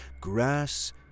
grass